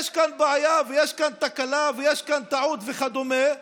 יש כאן בעיה ויש כאן תקלה ויש כאן טעות וכדומה,